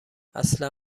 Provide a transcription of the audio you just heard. اصلا